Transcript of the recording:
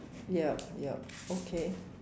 yup yup okay